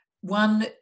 One